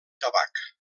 tabac